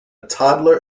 toddler